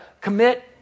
commit